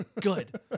Good